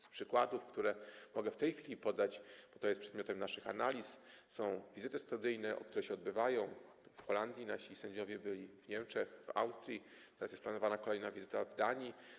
Z przykładów, które mogę w tej chwili podać, bo to jest przedmiotem naszych analiz, są wizyty studyjne, które się odbywają, w Holandii nasi sędziowie byli, w Niemczech, w Austrii, teraz jest planowana kolejna wizyta w Danii.